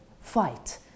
fight